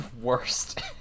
worst